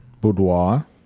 Boudoir